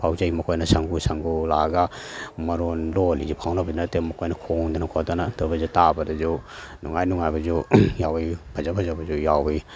ꯐꯥꯎꯖꯩ ꯃꯈꯣꯏꯅ ꯁꯪꯒꯨ ꯁꯪꯒꯨ ꯂꯥꯛꯑꯒ ꯃꯔꯣꯟ ꯂꯣꯟꯂꯤꯁꯦ ꯐꯥꯎꯅꯕ ꯅꯠꯇꯦ ꯃꯈꯣꯏꯅ ꯈꯣꯡꯗꯅ ꯈꯣꯠꯇꯅ ꯇꯧꯕꯁꯦ ꯇꯥꯕꯗꯁꯨ ꯅꯨꯡꯉꯥꯏ ꯅꯨꯡꯉꯥꯏꯕꯁꯨ ꯌꯥꯎꯏ ꯐꯖ ꯐꯖꯕꯁꯨ ꯌꯥꯎꯏ